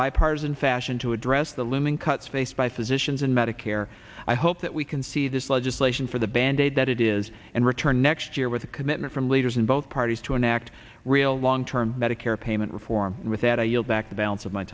bipartisan fashion to address the looming cuts faced by physicians in medicare i hope that we can see this legislation for the band aid that it is and return next year with a commitment from leaders in both parties to enact real long term medicare payment reform and with that i yield back the balance of my